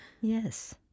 Yes